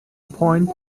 point